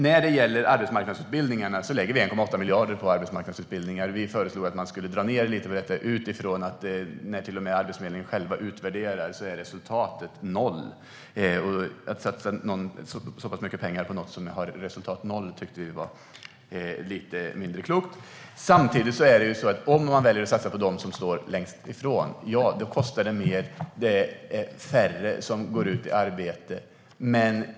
Vi lägger 1,8 miljarder på arbetsmarknadsutbildningarna. Vi föreslog att man skulle dra ned lite på detta utifrån att resultatet är noll till och med när Arbetsförmedlingen själv utvärderar det. Att satsa så pass mycket pengar på något som har resultatet noll tyckte vi var mindre klokt. Samtidigt kostar det mer om man väljer att satsa på dem som står längst ifrån arbetsmarknaden. Det är färre som går ut i arbete.